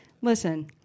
listen